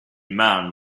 man